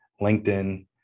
LinkedIn